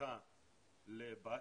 תמיכה לבת.